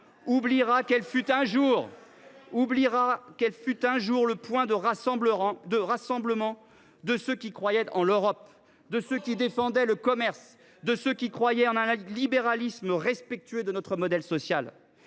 t elle qu’elle fut, un jour, le point de rassemblement de ceux qui croyaient en l’Europe, qui défendaient le commerce, qui croyaient en un libéralisme respectueux de notre modèle social